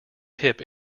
hip